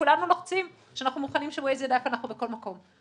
אנחנו כולנו לוחצים שאנחנו מוכנים שוויז יידע איפה אנחנו בכל מקום,